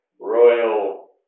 royal